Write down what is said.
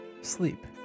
Sleep